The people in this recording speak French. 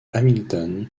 hamilton